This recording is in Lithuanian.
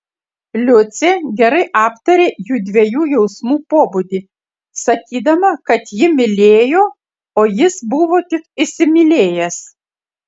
liucė gerai aptarė jųdviejų jausmų pobūdį sakydama kad ji mylėjo o jis buvo tik įsimylėjęs